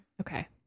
okay